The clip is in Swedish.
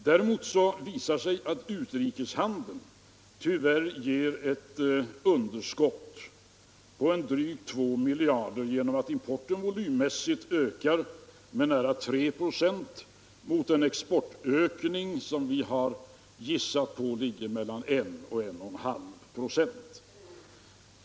Däremot visar det sig att utrikeshandeln tyvärr ger ett underskott på drygt 2 miljarder genom att importen volymmässigt ökar med nära 3 96 mot en exportökning som vi har gissat ligger mellan 1 och 11/2 96.